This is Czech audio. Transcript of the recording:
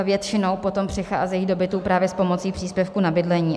Většinou potom přicházejí do bytu právě s pomocí příspěvku na bydlení.